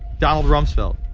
donald rumsfeld,